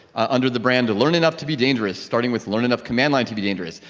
under the brand of learn enough to be dangerous, starting with learn enough command lines to be dangerous.